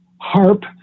harp